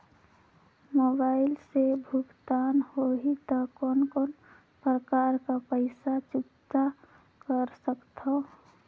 Mobile से भुगतान होहि त कोन कोन प्रकार कर पईसा चुकता कर सकथव?